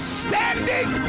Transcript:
standing